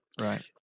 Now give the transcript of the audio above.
Right